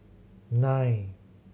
nine